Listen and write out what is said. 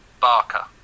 Barker